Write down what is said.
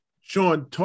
Sean